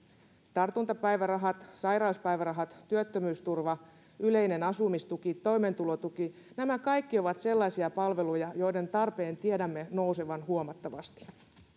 tartuntapäivärahat sairauspäivärahat työttömyysturva yleinen asumistuki toimeentulotuki nämä kaikki ovat sellaisia palveluja joiden tarpeen tiedämme nousevan huomattavasti